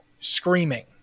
screaming